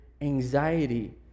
anxiety